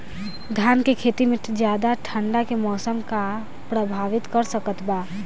धान के खेती में ज्यादा ठंडा के मौसम का प्रभावित कर सकता बा?